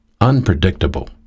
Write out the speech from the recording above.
unpredictable